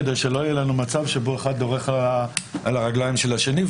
כדי שלא יהיה לנו מצב שבו אחד דורך על הרגליים של השני,